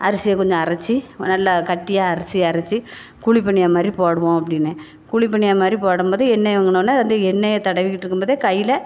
அரிசியை கொஞ்சம் அரத்து நல்லா கட்டியாக அரத்து குழி பணியாரம் மாதிரி போடுவோம் அப்படின்னே குழி பணியாரம் மாதிரி போடும்போது எண்ணெயை வாங்கின உடனே வந்து எண்ணெயை தடவிட்டுருக்கும் போதே கையில்